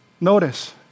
notice